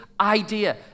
idea